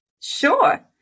Sure